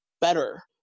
better